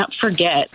forget